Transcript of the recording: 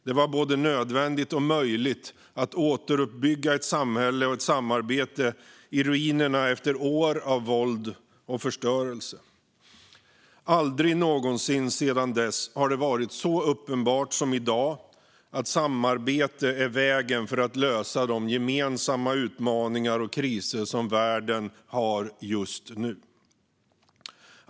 Det var både nödvändigt och möjligt att återuppbygga ett samhälle och ett samarbete i ruinerna efter år av våld och förstörelse. Aldrig någonsin sedan dess har det varit så uppenbart som i dag att samarbete är vägen för att lösa de gemensamma utmaningar och kriser som världen har just nu.